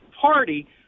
Party